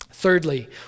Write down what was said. Thirdly